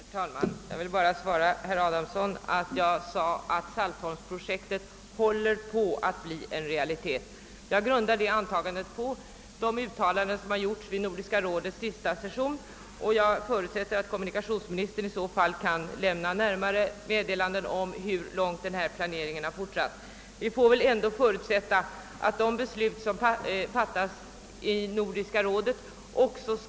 Herr talman! Jag vill bara med några ord svara herr Adamsson. Jag sade att Saltholm-projektet håller på att bli en realitet. Detta antagande grundar jag på de uttalanden som gjordes vid Nordiska rådets senaste session, och jag förutsätter att kommunikationsministern i så fall kan lämna närmare meddelanden om hur långt planeringen kommit. Vi får väl ändå förutsätta att de beslut som fattas i Nordiska rådet också.